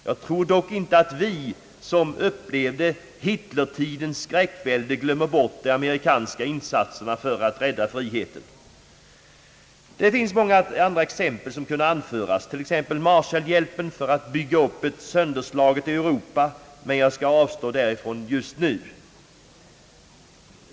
Jag tror dock inte att vi som upplevde Hitlertidens skräckvälde glömmer bort de 'amerikanska insatserna för att rädda friheten. Många andra exempel kunde anföras, t.ex. Marshallhjälpen för att bygga upp ett sönderslaget Europa, men jag skall avstå från att göra det.